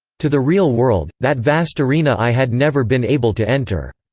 to the real world, that vast arena i had never been able to enter.